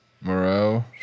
Moreau